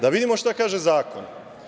Da vidimo šta kaže zakon.